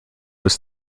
was